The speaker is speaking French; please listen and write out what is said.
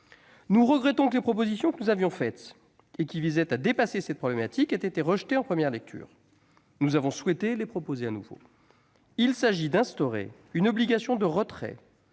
Nous regrettons que les propositions que nous avions faites, et qui visaient à dépasser cette problématique, aient été rejetées en première lecture. Nous avons voulu les formuler de nouveau. Il s'agit d'instaurer une obligation de retrait